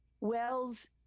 Wells